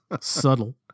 Subtle